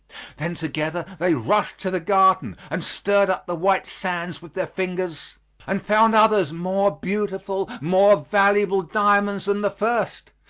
then together they rushed to the garden and stirred up the white sands with their fingers and found others more beautiful, more valuable diamonds than the first,